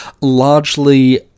largely